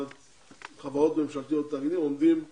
החברות הממשלתיות והתאגידים עומדים ביעד.